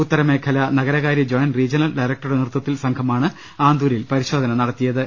ഉത്തരമേഖല ന ഗരകാര്യ joint regional ഡയ്രക്ടറുടെ നേതൃത്യത്തിലുള്ള സംഘ മാണ് ആന്തൂരിൽ പരിശോധന നടത്തിയത്